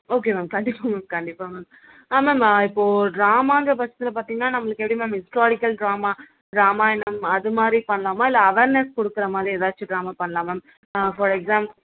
okay ma'am கண்டிப்பாக ma'am கண்டிப்பாக ma'am ma'am இப்போது ட்ராமான்ற பட்சத்தில் பார்த்திங்கன்னா நம்மளுக்கு எப்படி மேம் ஹிஸ்டாரிக்கல் ட்ராமா ராமாயணம் அது மாதிரி பண்ணலாமா இல்லை அவார்னஸ் கொடுக்குற மாதிரி ஏதாச்சும் ட்ராமா பண்ணலாம் மேம் ஃபார் எக்ஸாம்